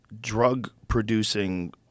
drug-producing